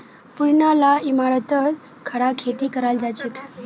पुरना ला इमारततो खड़ा खेती कराल जाछेक